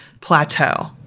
plateau